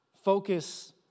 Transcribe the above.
Focus